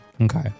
Okay